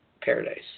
paradise